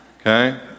Okay